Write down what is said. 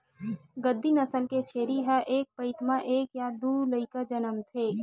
गद्दी नसल के छेरी ह एक पइत म एक य दू लइका जनमथे